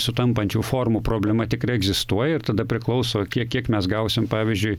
sutampančių formų problema tikrai egzistuoja ir tada priklauso kiek kiek mes gausim pavyzdžiui